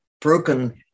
broken